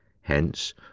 hence